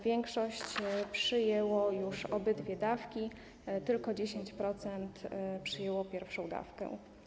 Większość szczepionych przyjęło już obydwie dawki, tylko 10% przyjęło pierwszą dawkę.